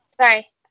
sorry